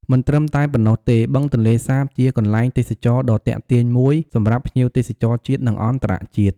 មិនត្រឹមតែប៉ុណ្ណោះទេ បឹងទន្លេសាបជាកន្លែងទេសចរណ៍ដ៏ទាក់ទាញមួយសម្រាប់ភ្ញៀវទេសចរជាតិ និងអន្តរជាតិ។